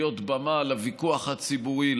להיות במה לוויכוח הציבורי,